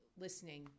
listening